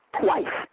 twice